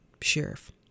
sheriff